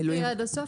העבודה,